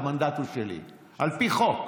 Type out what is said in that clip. והמנדט הוא שלי על פי חוק.